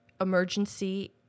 emergency